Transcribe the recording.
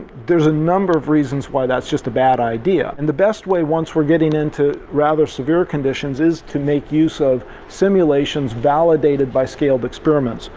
there's a number of reasons why that's just a bad idea. and the best way, once we're getting into rather severe conditions is to make use of simulations validated by scaled experiments.